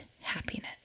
happiness